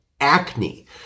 Acne